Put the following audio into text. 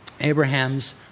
Abraham's